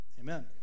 Amen